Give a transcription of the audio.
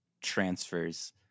transfers